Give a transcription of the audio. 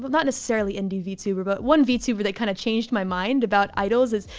but not necessarily indie vtuber, but one vtuber that kind of changed my mind about idols is.